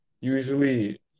usually